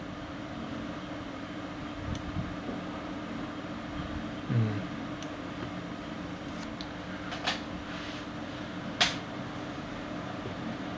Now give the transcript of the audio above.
mm